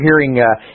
hearing